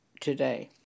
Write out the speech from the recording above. today